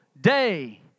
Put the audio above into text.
day